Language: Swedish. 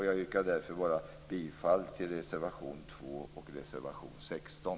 Jag yrkar bifall till reservationerna 2 och 16.